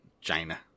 China